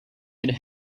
could